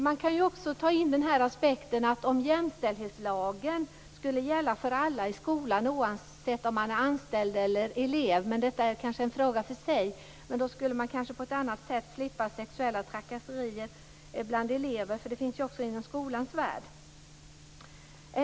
Man kan också ta in den aspekten att om jämställdhetslagen skulle gälla för alla i skolan, oavsett om man är anställd eller elev - detta kanske är en fråga för sig - kunde vi kanske på ett annat sätt slippa sexuella trakasserier bland elever. Det förekommer också inom skolans värld.